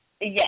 Yes